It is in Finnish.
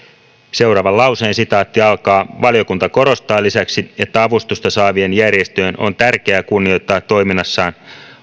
seuraavan lauseen valiokunta korostaa lisäksi että avustusta saavien järjestöjen on tärkeää kunnioittaa toiminnassaan